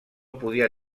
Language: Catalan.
podia